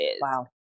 Wow